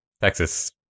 Texas